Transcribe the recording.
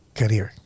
career